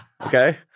okay